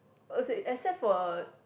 except for